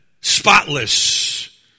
spotless